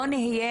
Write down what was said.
לא נהיה